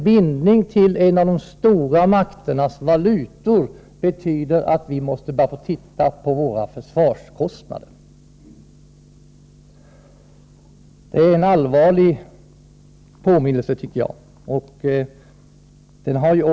Bindningen till en av de stora makternas valuta betyder alltså att vi måste börja se på våra försvarskostnader. 7 Detta innebär som sagt en allvarlig påminnelse om att vår självständighet är hotad.